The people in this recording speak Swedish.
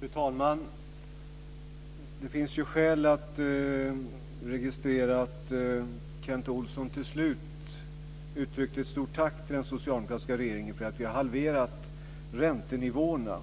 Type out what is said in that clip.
Fru talman! Det finns skäl att registrera att Kent Olsson till slut uttryckte ett stort tack till den socialdemokratiska regeringen för att vi har halverat räntenivåerna.